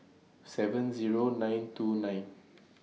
seven Zero nine two nine